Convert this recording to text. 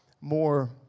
more